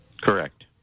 Correct